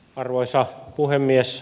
arvoisa puhemies